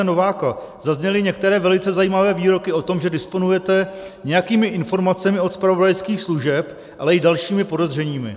Nováka zazněly některé velice zajímavé výroky o tom, že disponujete nějakými informacemi od zpravodajských služeb, ale i dalšími podezřeními.